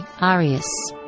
Arius